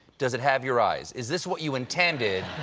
does it have your eyes? is this what you intended?